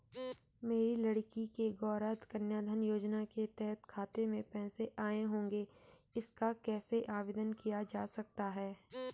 मेरी लड़की के गौंरा कन्याधन योजना के तहत खाते में पैसे आए होंगे इसका कैसे आवेदन किया जा सकता है?